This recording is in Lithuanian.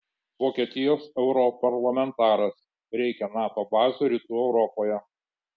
vokietijos europarlamentaras reikia nato bazių rytų europoje